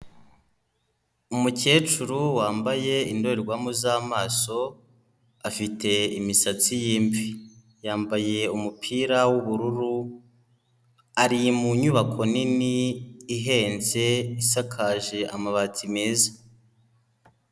Umukecuru wambaye indorerwamo z'amaso afite imisatsi y'imvi, yambaye umupira w'ubururu, ari mu nyubako nini ihenze, isakaje amabati meza.